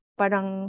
parang